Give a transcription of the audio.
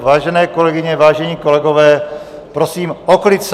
Vážené kolegyně, vážení kolegové, prosím o klid v sále!